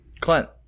Clint